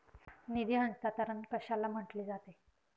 निधी हस्तांतरण कशाला म्हटले जाते?